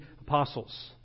apostles